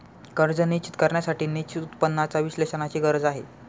कर्ज निश्चित करण्यासाठी निश्चित उत्पन्नाच्या विश्लेषणाची गरज आहे